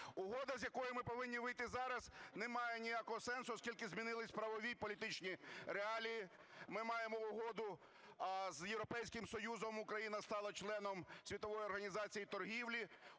Угода, з якої ми повинні вийти зараз, не має ніякого сенсу, оскільки змінились правові і політичні реалії. Ми маємо Угоду з Європейським Союзом, Україна стала членом Світової організації торгівлі.